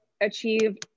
achieve